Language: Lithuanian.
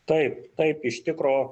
taip taip iš tikro